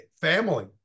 family